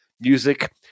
music